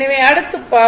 எனவே அடுத்து பவர்